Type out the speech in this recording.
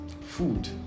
food